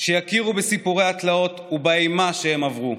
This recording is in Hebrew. שיכירו בסיפורי התלאות ובאימה שהם עברו.